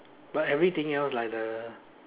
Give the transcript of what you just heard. but everything else like the